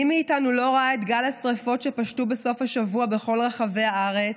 מי מאיתנו לא ראה את גל השרפות שפשטו בסוף השבוע בכל רחבי הארץ?